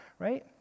Right